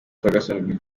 ferguson